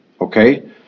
okay